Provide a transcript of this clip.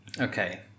Okay